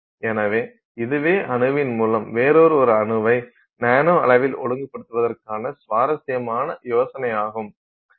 எனவே இதுவே அணுவின் மூலம் வேறொரு ஒரு அணுவை நானோ அளவில் ஒழுங்குபடுத்துவதற்கான சுவாரஸ்யமான யோசனையாகும்